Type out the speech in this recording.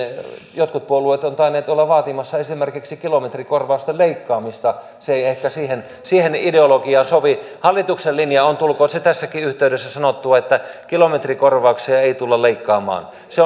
jotkut puolueet ovat tainneet olla vaatimassa esimerkiksi kilometrikorvausten leikkaamista se ei ehkä siihen ideologiaan sovi hallituksen linja on tulkoon se tässäkin yhteydessä sanottua että kilometrikorvauksia ei tulla leikkaamaan se